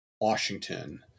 Washington